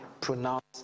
pronounced